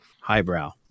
highbrow